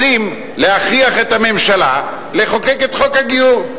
רוצים להכריח את הממשלה לחוקק את חוק הגיור.